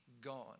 gone